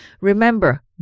Remember